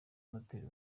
noteri